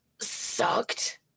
sucked